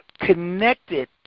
connected